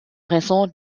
raison